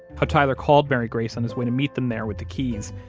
how tyler called mary grace on his way to meet them there with the keys,